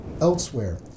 elsewhere